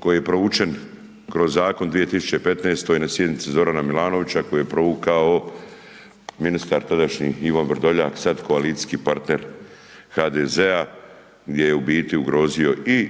koji je provučen kroz zakona 2015. na sjednici Zorana Milanovića koji je provukao ministar tadašnji Ivan Vrdoljak, sad koalicijski partner HDZ-a gdje je u biti ugrozio i